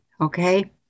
Okay